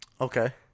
okay